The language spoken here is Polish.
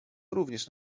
również